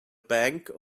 bank